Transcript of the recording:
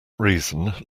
reason